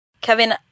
Kevin